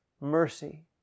mercy